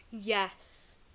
Yes